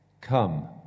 Come